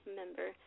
member